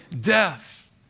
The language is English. death